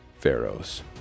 Pharaoh's